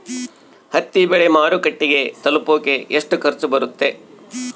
ಹತ್ತಿ ಬೆಳೆ ಮಾರುಕಟ್ಟೆಗೆ ತಲುಪಕೆ ಎಷ್ಟು ಖರ್ಚು ಬರುತ್ತೆ?